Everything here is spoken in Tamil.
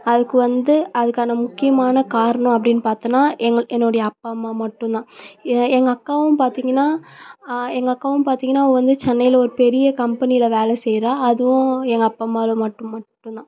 அதுக்கு வந்து அதுக்கான முக்கியமான காரணம் அப்படின்னு பார்த்தன்னா எங்கள் என்னுடைய அப்பா அம்மா மட்டுந்தான் ஏ எங்கள் அக்காவும் பார்த்தீங்கன்னா எங்கள் அக்காவும் பார்த்தீங்கன்னா அவள் வந்து சென்னையில் ஒரு பெரிய கம்பெனியில் வேலை செய்கிறா அதுவும் எங்கள் அப்பா அம்மாவால மட்டும் மட்டும் தான்